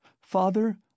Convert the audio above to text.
Father